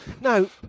No